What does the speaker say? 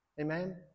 Amen